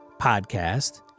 podcast